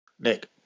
Nick